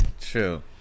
True